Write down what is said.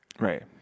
Right